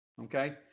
Okay